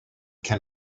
can